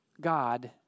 God